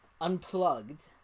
unplugged